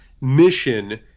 mission